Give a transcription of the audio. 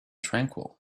tranquil